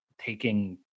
taking